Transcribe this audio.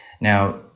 Now